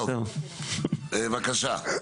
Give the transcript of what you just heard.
טוב בבקשה.